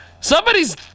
somebody's